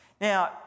Now